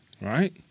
Right